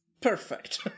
Perfect